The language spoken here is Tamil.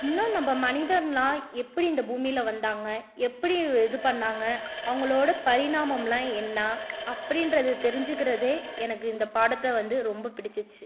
இன்னும் நம்ம மனிதன்லா எப்படி இந்த பூமியில் வந்தாங்க எப்படி இது பண்ணாங்கள் அவங்களோடய பரிணாமம்லா என்ன அப்படின்றத தெரிஞ்சுக்கறதே எனக்கு இந்த பாடத்தை வந்து ரொம்ப பிடிச்சுச்சு